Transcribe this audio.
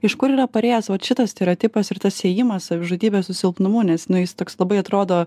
iš kur yra parėjęs vat šitas stereotipas ir tas siejimas savižudybės su silpnumu nes nu jis toks labai atrodo